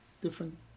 different